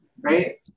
right